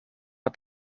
het